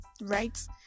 right